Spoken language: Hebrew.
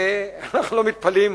ואנחנו לא מתפלאים,